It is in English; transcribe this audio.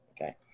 okay